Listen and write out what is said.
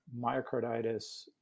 myocarditis